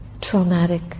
traumatic